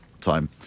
time